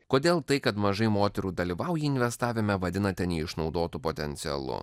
kodėl tai kad mažai moterų dalyvauja investavime vadinate neišnaudotu potencialu